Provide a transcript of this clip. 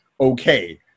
okay